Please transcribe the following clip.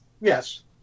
Yes